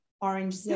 orange